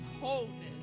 wholeness